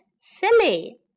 silly